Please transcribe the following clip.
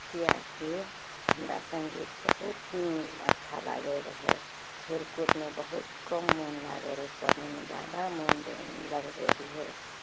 किएकि हमरा सङ्गीत बहुत अच्छा लागै रहै खेलकूदमे बहुत कम मोन लागै रहै पढ़ैमे जादा मोन दै लगबै रहियै